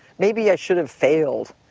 maybe i should have failed,